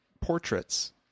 portraits